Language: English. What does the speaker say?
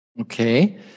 okay